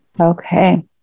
Okay